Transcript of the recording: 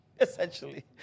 essentially